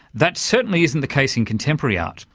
that certainly isn't the case in contemporary art.